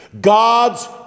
God's